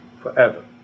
forever